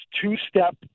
two-step